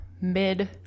mid